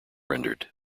rendered